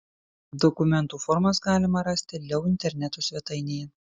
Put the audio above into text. dokumentų formas galima rasti leu interneto svetainėje